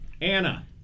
Anna